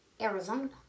Arizona